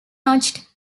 notched